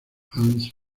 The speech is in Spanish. hans